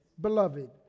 Beloved